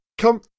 Come